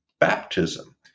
baptism